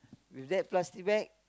with that plastic bag